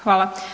Hvala.